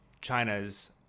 China's